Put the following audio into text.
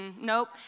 nope